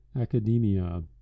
Academia